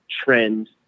trend